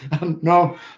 no